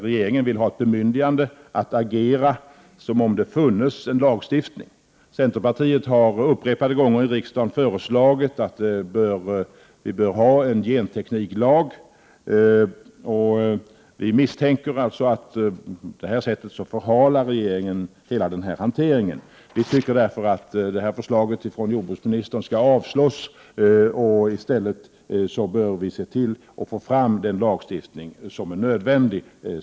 Regeringen vill ha ett bemyndigande att agera som om det funnes en lagstiftning. Centerpartiet har upprepade gånger i riksdagen framfört att vi bör ha en gentekniklag. Vi misstänker att regeringen på detta sätt förhalar hela denna hantering. Vi tycker därför att detta förslag från jordbruksministern skall avslås. I stället bör vi se till att så snart som möjligt få fram den lagstiftning som är nödvändig.